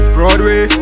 Broadway